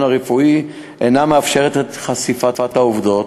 הרפואי אינה מאפשרת את חשיפת העובדות,